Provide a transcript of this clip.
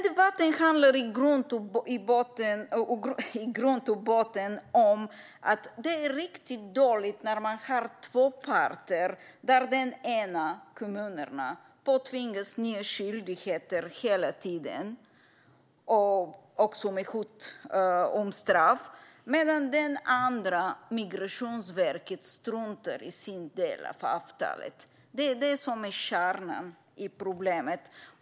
Debatten handlar i grund och botten om att det är dåligt när den ena parten, kommunerna, påtvingas nya skyldigheter hela tiden, också med hot om sanktioner, medan den andra parten, Migrationsverket, struntar i sin del av avtalet. Det är det som är kärnan i problemet.